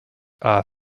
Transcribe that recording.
are